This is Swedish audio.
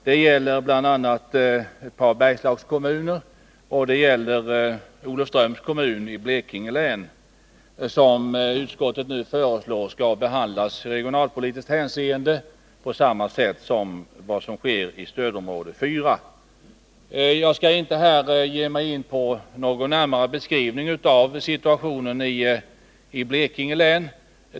Det gäller bl.a. ett par Bergslagskommuner, och det gäller Olofströms kommun i Blekinge län, som utskottet nu föreslår skall i regionalpolitiskt hänseende behandlas på samma sätt som i stödområde 4. Jag skall inte här gå in på någon närmare beskrivning av situationen i Blekinge län.